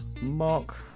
Mark